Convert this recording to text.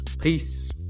Peace